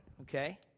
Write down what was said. okay